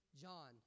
John